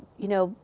you know,